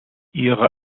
ihre